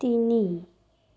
তিনি